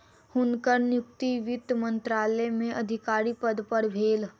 हुनकर नियुक्ति वित्त मंत्रालय में अधिकारी पद पर भेल